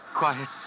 quiet